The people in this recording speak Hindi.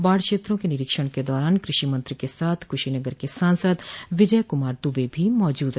बाढ़ क्षेत्रों के निरीक्षण के दौरान कृषि मंत्री के साथ कुशीनगर के सांसद विजय कुमार दुबे भी मौजूद रहे